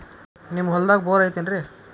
ನಿಮ್ಮ ಹೊಲ್ದಾಗ ಬೋರ್ ಐತೇನ್ರಿ?